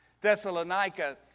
Thessalonica